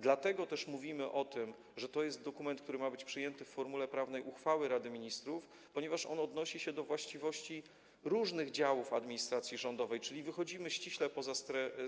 Dlatego też mówimy o tym, że to jest dokument, który ma być przyjęty w formule prawnej uchwały Rady Ministrów, ponieważ on odnosi się do właściwości różnych działów administracji rządowej, czyli wychodzimy ściśle poza